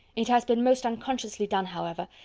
it has been most unconsciously done, however,